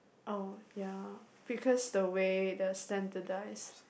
oh ya because the way the standardise